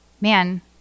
man